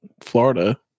Florida